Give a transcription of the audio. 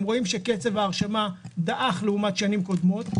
הם רואים שקצב ההרשמה דעך לעומת שנים קודמות,